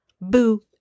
boo